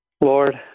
lord